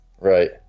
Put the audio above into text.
Right